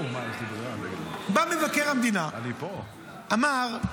בא מבקר המדינה, אמר: